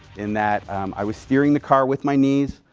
in that i was steering the car with my knees,